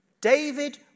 David